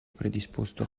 predisposto